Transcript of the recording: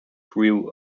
grew